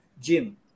gym